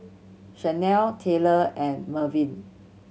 Shanell Taylor and Mervyn